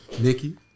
Nikki